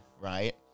right